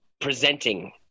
presenting